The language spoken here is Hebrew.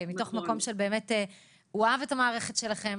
הוא אהב את המערכת שלכם,